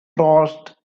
crossed